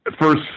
first